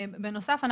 בנוסף,